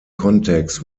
kontext